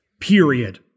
Period